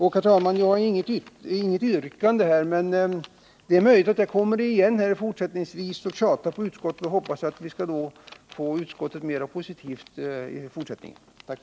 Jag har, herr talman, inget yrkande, men det är möjligt att jag kommer igen och tjatar på utskottet om den här frågan, så att jag förhoppningsvis får utskottet mera positivt inställt.